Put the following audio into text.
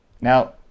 Now